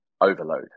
overload